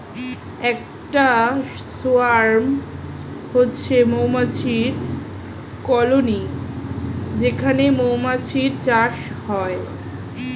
একটা সোয়ার্ম হচ্ছে মৌমাছির কলোনি যেখানে মৌমাছির চাষ হয়